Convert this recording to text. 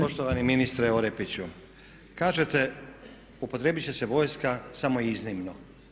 Poštovani ministre Orepiću, kažete upotrijebiti će se vojska samo iznimno.